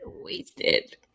Wasted